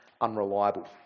unreliable